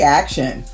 action